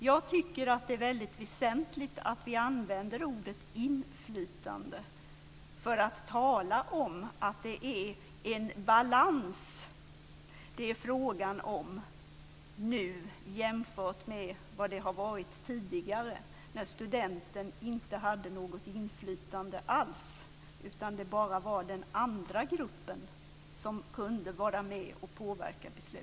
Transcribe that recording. Jag tycker att det är väldigt väsentligt att vi använder ordet inflytandet för att tala om att det är en balans det är fråga om nu jämfört med hur det har varit tidigare när studenten inte hade något inflytande alls utan det bara var den andra gruppen som kunde vara med och påverka beslut.